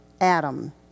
Adam